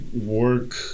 work